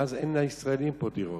ואז אין לישראלים פה דירות.